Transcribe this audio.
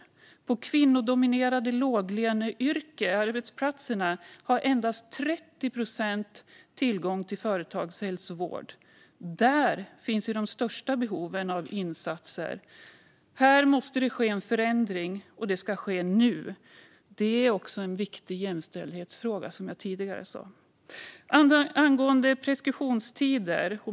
Inom låglöneyrken på kvinnodominerade arbetsplatser har endast 30 procent tillgång till företagshälsovård. Där finns de största behoven av insatser. Och det måste ske en förändring, och den ska ske nu. Det är också en viktig jämställdhetsfråga, vilket jag tidigare sa.